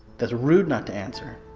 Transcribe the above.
that's rude not to answer